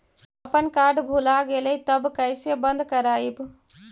अपन कार्ड भुला गेलय तब कैसे बन्द कराइब?